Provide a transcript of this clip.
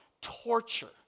torture